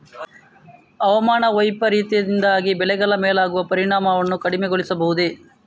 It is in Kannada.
ಹವಾಮಾನ ವೈಪರೀತ್ಯದಿಂದಾಗಿ ಬೆಳೆಗಳ ಮೇಲಾಗುವ ಪರಿಣಾಮವನ್ನು ಕಡಿಮೆಗೊಳಿಸಬಹುದೇ?